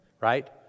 right